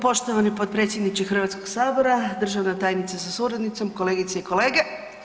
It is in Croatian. Poštovani potpredsjedniče Hrvatskog sabora, državna tajnice sa suradnicom, kolegice i kolege.